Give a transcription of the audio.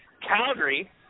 Calgary